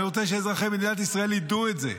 אני רוצה שאזרחי מדינת ישראל ידעו את זה,